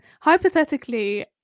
hypothetically